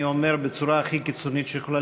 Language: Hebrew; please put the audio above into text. אני אומר בצורה הכי קיצונית שיכולה